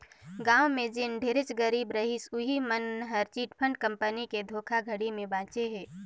गाँव में जेन ढेरेच गरीब रहिस उहीं मन हर चिटफंड कंपनी के धोखाघड़ी ले बाचे हे